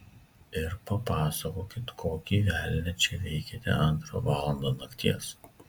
ir papasakokit kokį velnią čia veikiate antrą valandą nakties